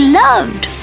loved